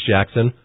Jackson